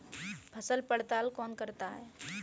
फसल पड़ताल कौन करता है?